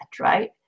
right